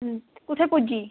कुत्थें पुज्जी